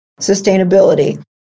sustainability